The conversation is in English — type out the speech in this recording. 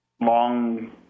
long